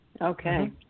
Okay